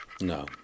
No